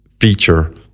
feature